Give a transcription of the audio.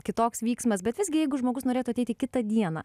kitoks vyksmas bet visgi jeigu žmogus norėtų ateiti kitą dieną